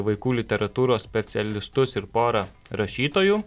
vaikų literatūros specialistus ir porą rašytojų